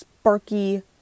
Sparky